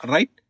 Right